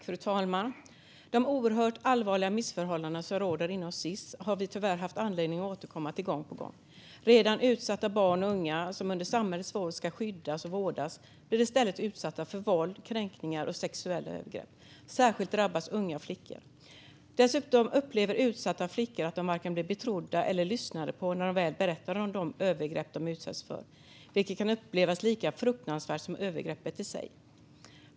Fru talman! De oerhört allvarliga missförhållandena som råder inom Sis har vi tyvärr haft anledning att återkomma till gång på gång. Redan utsatta barn och unga som under samhällets vård ska skyddas och vårdas blir i stället utsatta för våld, kränkningar och sexuella övergrepp. Särskilt drabbas unga flickor. Dessutom upplever utsatta flickor att de varken blir trodda eller lyssnade på när de väl berättar om de övergrepp de utsatts för, vilket kan upplevas lika fruktansvärt som övergreppet i sig.